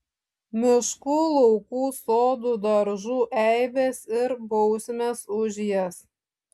miškų laukų sodų daržų eibės ir bausmės už jas